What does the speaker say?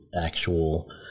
actual